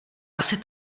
asi